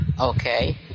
Okay